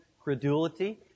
credulity